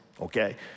okay